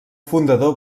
fundador